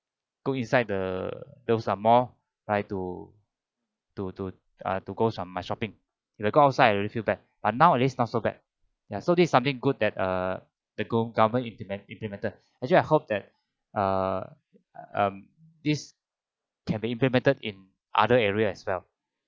go inside the those ah mall right to to to uh to go some my shopping we go outside we really feel bad but nowadays not so bad ya so this is something good that err the goal government implement implemented actually I hoped that err um this can be implemented in other areas as well